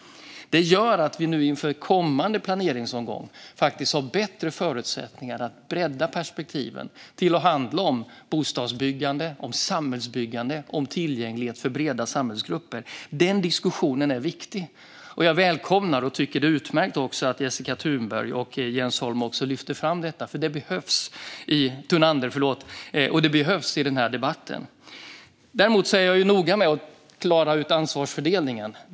Detta gör att vi nu inför kommande planeringsomgång faktiskt har bättre förutsättningar för att bredda perspektiven till att handla om bostadsbyggande, samhällsbyggande och om tillgänglighet för breda samhällsgrupper. Den diskussionen är viktig. Jag välkomnar och tycker att det är utmärkt att Jessica Thunander och Jens Holm också lyfte fram detta, för det behövs i den här debatten. Däremot är jag noga med att framhålla ansvarsfördelningen.